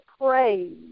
praise